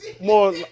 more